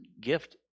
gift